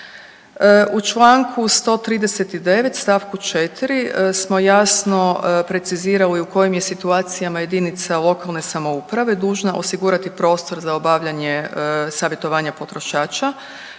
U članku 139. stavku 4. smo jasno precizirali u kojim je situacijama jedinica lokalne samouprave dužna osigurati prostor za obavljanje savjetovanja potrošača.